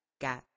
got